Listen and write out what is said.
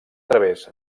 través